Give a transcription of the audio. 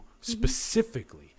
specifically